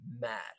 mad